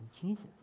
Jesus